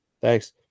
thanks